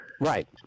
Right